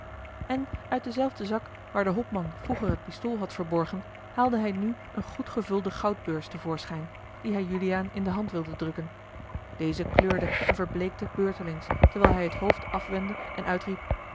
en uit denzelfden zak waar de hopman vroeger het pistool had verborgen haalde hij nu eene goed gevulde goudbeurs te voorschijn die hij juliaan in de hand wilde drukken deze kleurde en verbleekte beurtelings terwijl hij het hoofd afwendde en uitriep